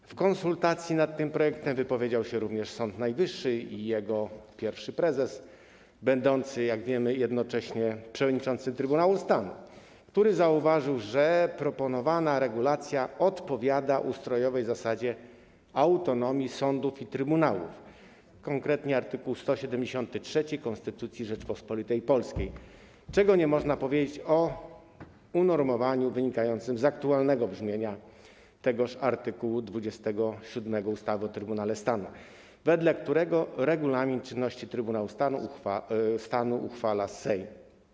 W czasie konsultacji nad tym projektem wypowiedział się również Sąd Najwyższy i jego pierwszy prezes, będący, jak wiemy, jednocześnie przewodniczącym Trybunału Stanu, który zauważył, że proponowana regulacja odpowiada ustrojowej zasadzie autonomii sądów i trybunałów, konkretnie art. 173 Konstytucji Rzeczypospolitej Polskiej, czego nie można powiedzieć o unormowaniu wynikającym z aktualnego brzmienia tegoż art. 27 ustawy o Trybunale Stanu, wedle którego regulamin czynności Trybunału Stanu uchwala Sejm.